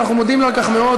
ואנחנו מודים לה על כך מאוד,